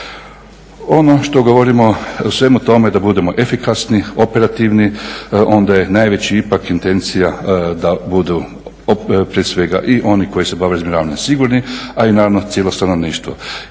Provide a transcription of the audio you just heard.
Ono što govorimo u svemu tome da budemo efikasnije, operativni, onda je najveća ipak intencija prije svega i oni koji se bave razminiravanjem sigurni a i naravno cijelo stanovništvo.